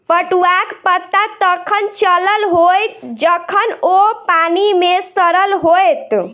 पटुआक पता तखन चलल होयत जखन ओ पानि मे सड़ल होयत